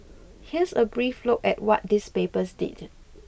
here's a brief look at what these papers did